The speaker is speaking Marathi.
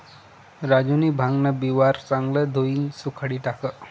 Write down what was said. राजूनी भांगन बिवारं चांगलं धोयीन सुखाडी टाकं